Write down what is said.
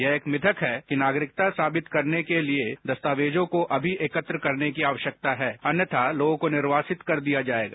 यह एक मिथक है कि नागरिकता साबित करने के लिए दस्तावेजों को अभी एकत्र करने की आवश्यकता है अन्यथा लोगों को निर्वासित कर दिया जाएगा